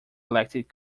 elected